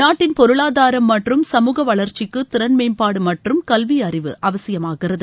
நாட்டின் பொருளாதாரம் மற்றும் சமூக வளர்ச்சிக்கு திறன்மேம்பாடு மற்றும் கல்வி அறிவு அவசியமாகிறது